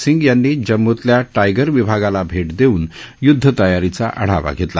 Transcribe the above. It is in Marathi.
सिंग यांनी जम्मूतल्या टायगर विभागाला भेट देऊन य्दध तयारीचा आढावा घेतला